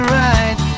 right